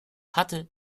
hatte